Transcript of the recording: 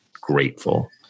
grateful